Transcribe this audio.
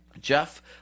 Jeff